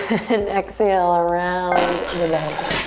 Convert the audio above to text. and exhale around the bend.